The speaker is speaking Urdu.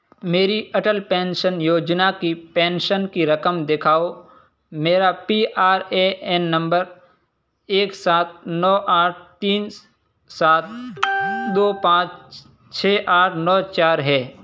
میری اٹل پینشن یوجنا کی پینشن کی رقم دکھاؤ میرا پی آر اے این نمبر ایک سات نو آٹھ تین سات دو پانچ چھ آٹھ نو چار ہے